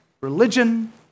religion